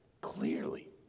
Clearly